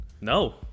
no